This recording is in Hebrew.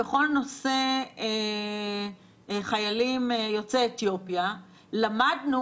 בכל נושא חיילים יוצאי אתיופיה למדנו